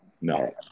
No